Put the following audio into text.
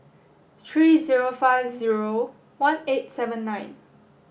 three zero five zero one eight seven nine